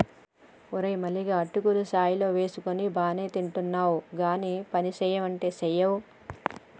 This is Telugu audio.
ఓరే మల్లిగా అటుకులు చాయ్ లో వేసుకొని బానే తింటున్నావ్ గానీ పనిసెయ్యమంటే సెయ్యవ్